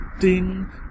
ding